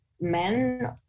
men